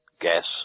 gas